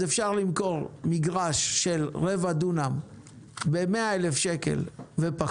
אז אפשר למכור מגרש של רבע דונם ב-100,000 ופחות.